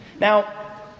Now